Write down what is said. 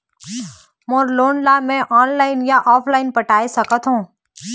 मोर loan ला मैं online या ऑफलाइन पटाए सकथों?